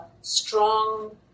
strong